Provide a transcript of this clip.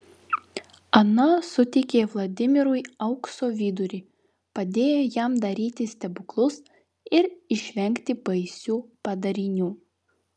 ana suteikė vladimirui aukso vidurį padėjo jam daryti stebuklus ir išvengti baisių padarinių